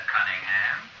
Cunningham